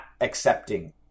accepting